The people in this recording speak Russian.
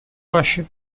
ваших